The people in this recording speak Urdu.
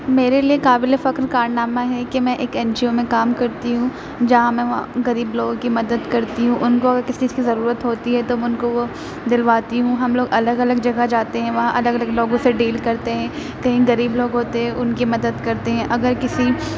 میرے لیے قابل فخر کارنامہ ہے کہ میں ایک این جی او میں کام کرتی ہوں جہاں میں غریب لوگوں کی مدد کرتی ہوں ان کو اگر کسی چیز کی ضرورت ہوتی ہے تو ان کو وہ دلواتی ہوں ہم لوگ الگ الگ جگہ جاتے ہیں وہاں الگ الگ لوگوں سے ڈیل کرتے ہیں کہیں غریب لوگ ہوتے ہے ان کی مدد کرتے ہیں اگر کسی